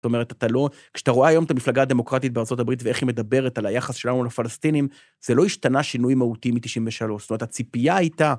זאת אומרת, כשאתה רואה היום את המפלגה הדמוקרטית בארה״ב ואיך היא מדברת על היחס שלנו לפלסטינים, זה לא השתנה שינוי מהותי מ-93, זאת אומרת, הציפייה הייתה...